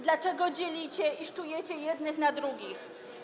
Dlaczego dzielicie i szczujecie jednych na drugich?